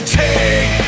take